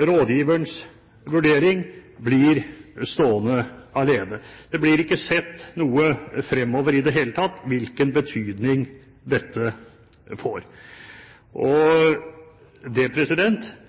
rådgiverens vurdering blir stående alene. Det blir ikke sett noe fremover i det hele tatt med hensyn til hvilken betydning dette får. Det